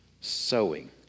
sowing